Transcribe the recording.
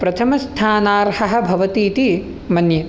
प्रथमस्थानार्हः भवति इति मन्ये